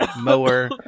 mower